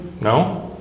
No